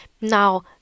Now